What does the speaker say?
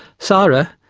sara,